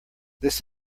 this